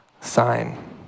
sign